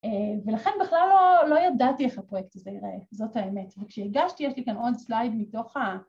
‫ולכן בכלל לא ידעתי ‫איך הפרויקט הזה ייראה, זאת האמת. ‫וכשהגשתי, יש לי כאן ‫עוד סלייד מתוך ה...